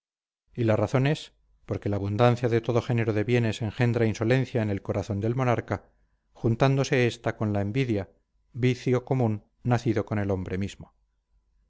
y la razón es porque la abundancia de todo género de bienes engendra insolencia en el corazón del monarca juntándose esta con la envidia vicio común nacido con el hombre mismo